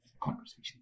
conversation